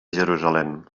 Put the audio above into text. jerusalem